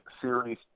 series